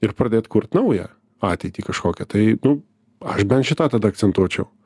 ir pradėt kurt naują ateitį kažkokią tai nu aš bent šitą tada akcentuočiau